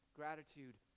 gratitude